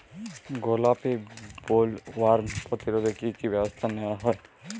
গোলাপী বোলওয়ার্ম প্রতিরোধে কী কী ব্যবস্থা নেওয়া হয়?